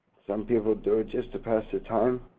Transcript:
some people do it just to pass the time.